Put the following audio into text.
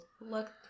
look